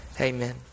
Amen